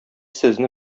сезне